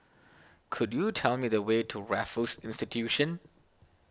could you tell me the way to Raffles Institution